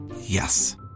Yes